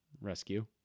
rescue